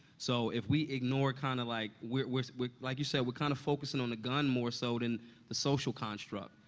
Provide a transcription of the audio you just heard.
so if we ignore kind of, like we're we're we're like you said, we're kind of focusing on the gun more so than the social construct,